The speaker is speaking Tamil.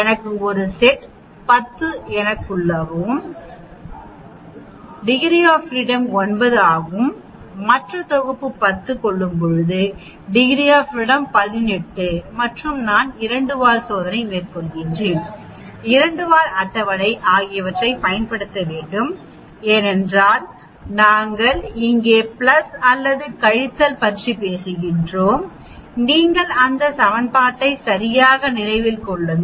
எனக்கு 1 செட் 10 எனக்குள்ளும் பொழுது டிகிரி ஆஃப் ஃப்ரீடம் 9 ஆகும் மற்ற தொகுப்பு 10 கொள்ளும்பொழுது டிகிரி ஆஃப் ஃப்ரீடம் 18 மற்றும் நான் 2 வால் சோதனை 2 வால் அட்டவணை ஆகியவற்றைப் பயன்படுத்த வேண்டும் ஏனென்றால் நாங்கள் இங்கே பிளஸ் அல்லது கழித்தல் பற்றி பேசுகிறோம் நீங்கள் இந்த சமன்பாட்டை சரியாக நினைவில் கொள்ளுங்கள்